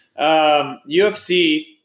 UFC